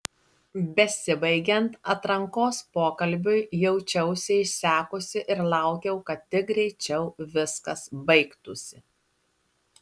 besibaigiant atrankos pokalbiui jaučiausi išsekusi ir laukiau kad tik greičiau viskas baigtųsi